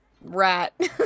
rat